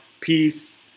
Peace